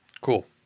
Cool